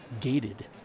gated